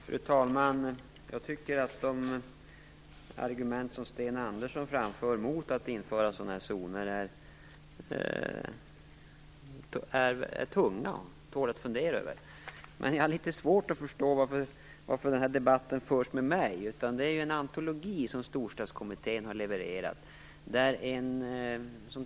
Fru talman! Jag tycker att de argument som Sten Andersson framför mot att införa ekonomiska frizoner är tunga och tål att fundera över. Men jag har litet svårt att förstå varför debatten förs med mig. Storstadskommittén har levererat en antologi.